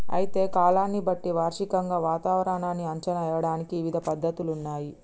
అయితే కాలాన్ని బట్టి వార్షికంగా వాతావరణాన్ని అంచనా ఏయడానికి ఇవిధ పద్ధతులున్నయ్యి